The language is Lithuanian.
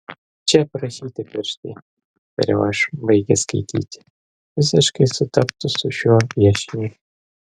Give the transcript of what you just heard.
čia aprašyti pirštai tariau aš baigęs skaityti visiškai sutaptų su šiuo piešiniu